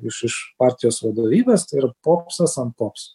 iš iš partijos vadovybės tai yra popsas ant popso